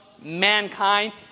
mankind